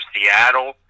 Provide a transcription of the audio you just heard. Seattle